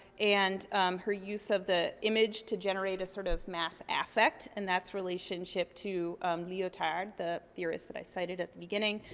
and her use of the image to generate a sort of mass affect. and that's relationship to leotard, the theorist that i cited at the beginning.